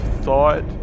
thought